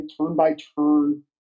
turn-by-turn